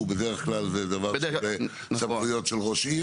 בדרך כלל זה דבר בסמכויות של ראש עיר.